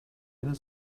eine